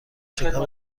شکار